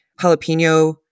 jalapeno